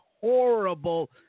horrible